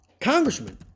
congressman